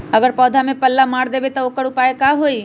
अगर पौधा में पल्ला मार देबे त औकर उपाय का होई?